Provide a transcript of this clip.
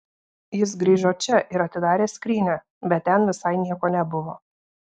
jis grįžo čia ir atidarė skrynią bet ten visai nieko nebuvo